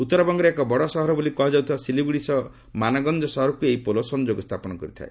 ଉତ୍ତର ବଙ୍ଗର ଏକ ବଡ ସହର ବୋଲି କୁହାଯାଉଥିବା ସିଲିଗୁଡ଼ି ସହ ମାନଗଞ୍ଜ ସହରକୁ ଏହିପୋଲ ସଂଯୋଗ ସ୍ଥାପନ କରିଥାଏ